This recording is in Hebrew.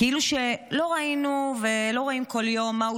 כאילו שלא ראינו ולא רואים כל יום מהו